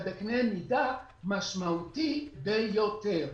ובקנה מידה משמעותי ביותר.